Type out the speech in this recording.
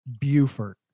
Buford